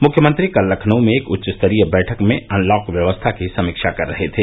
मुख्यमंत्री कल लखनऊ में एक उच्चस्तरीय बैठक में अनलॉक व्यवस्था की बैठक कर रहे थे